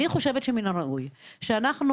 אני חושבת שמן הראוי שאנחנו,